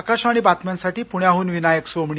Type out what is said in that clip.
आकाशवाणी बातम्यांसाठी पुण्याहून विनायक सोमणी